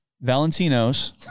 Valentino's